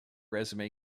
resume